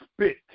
spit